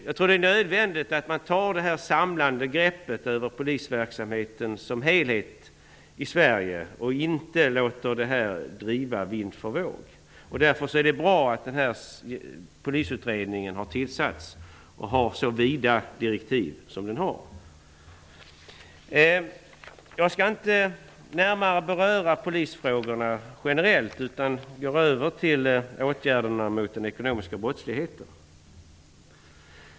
Jag tror att det är nödvändigt att man tar detta samlade grepp över polisverksamheten som helhet i Sverige och inte låter detta driva vind för våg. Därför är det bra att denna polisutredning har tillsatts och att den har så vida direktiv som den har. Jag skall inte närmare beröra polisfrågorna generellt utan går över till åtgärderna mot den ekonomiska brottsligheten.